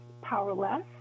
powerless